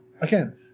again